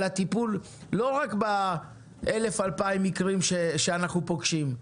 לא רק על הטיפול ב-1,000,2,000 מקרים שאנחנו פוגשים.